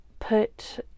put